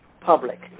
public